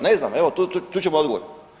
Ne znam, evo, čut ćemo odgovor.